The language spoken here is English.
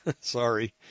Sorry